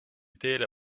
teele